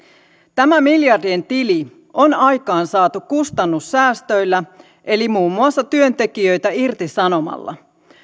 tämä miljardien tili on aikaansaatu kustannussäästöillä eli muun muassa työntekijöitä irtisanomalla